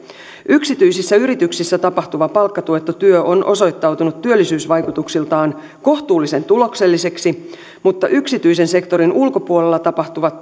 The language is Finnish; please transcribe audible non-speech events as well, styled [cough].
yksityisissä yrityksissä tapahtuva palkkatuettu työ on osoittautunut työllisyysvaikutuksiltaan kohtuullisen tulokselliseksi mutta yksityisen sektorin ulkopuolella tapahtuvat [unintelligible]